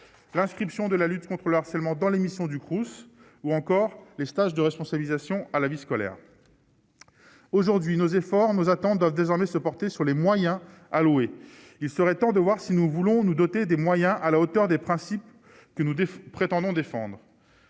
l'inscription de la lutte contre le harcèlement dans l'émission du cross ou encore les stage de responsabilisation, à la vie scolaire aujourd'hui nos efforts nous attend donc désormais se porter sur les moyens alloués, il serait temps de voir si nous voulons nous doter des moyens à la hauteur des principes que nous prétendons défendre.